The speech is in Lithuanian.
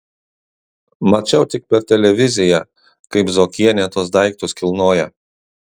mačiau tik per televiziją kaip zuokienė tuos daiktus kilnoja